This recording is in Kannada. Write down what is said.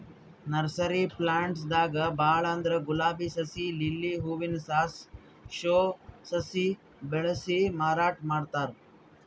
ನರ್ಸರಿ ಪ್ಲಾಂಟ್ಸ್ ದಾಗ್ ಭಾಳ್ ಅಂದ್ರ ಗುಲಾಬಿ ಸಸಿ, ಲಿಲ್ಲಿ ಹೂವಿನ ಸಾಸ್, ಶೋ ಸಸಿ ಬೆಳಸಿ ಮಾರಾಟ್ ಮಾಡ್ತಾರ್